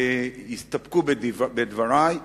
יסתפקו בדברי,